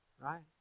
right